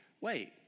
wait